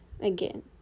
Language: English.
again